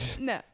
no